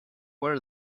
where